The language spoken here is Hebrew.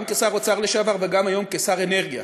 גם כשר האוצר לשעבר וגם היום כשר אנרגיה,